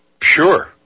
sure